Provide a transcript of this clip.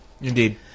Indeed